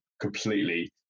completely